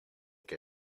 que